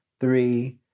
three